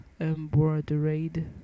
embroidered